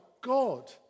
God